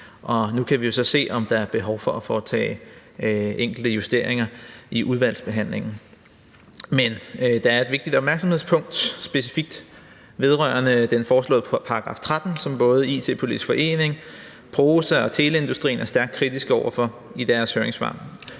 Nu kan vi så se, om der er behov for at foretage enkelte justeringer i udvalgsbehandlingen. Men der er et vigtigt opmærksomhedspunkt, specifikt vedrørende den foreslåede § 13, som både IT-politisk Forening, PROSA og Teleindustrien er stærkt kritiske over for i deres høringssvar.